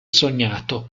sognato